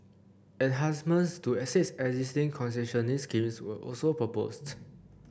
enhancements to six existing concessionary schemes were also proposed